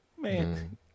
Man